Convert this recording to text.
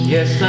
Yes